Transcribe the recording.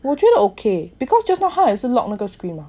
我觉得 okay because just now 他也是 lock 那个 screen